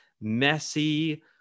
messy